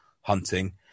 hunting